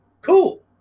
cool